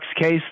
case